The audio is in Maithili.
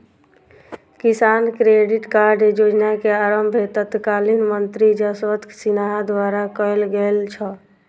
किसान क्रेडिट कार्ड योजना के आरम्भ तत्कालीन मंत्री यशवंत सिन्हा द्वारा कयल गेल छल